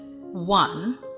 one